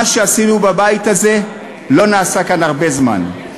מה שעשינו בבית הזה לא נעשה כאן הרבה זמן.